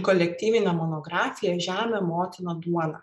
kolektyvinę monografiją žemė motina duona